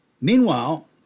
Meanwhile